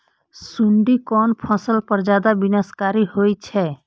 सुंडी कोन फसल पर ज्यादा विनाशकारी होई छै?